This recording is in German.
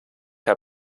herr